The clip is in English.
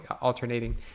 alternating